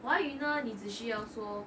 华语呢你只需要说